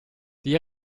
die